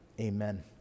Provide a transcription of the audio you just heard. Amen